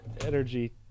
energy